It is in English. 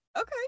Okay